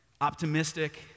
optimistic